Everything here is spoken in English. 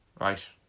right